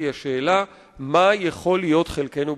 זה נכון לגבי חוץ וביטחון,